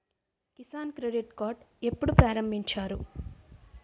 Kisan credit card ఎప్పుడు ప్రారంభించారు?